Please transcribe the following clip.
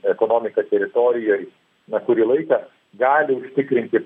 ekonomiką teritorijoj na kurį laiką palūkanų